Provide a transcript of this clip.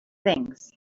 things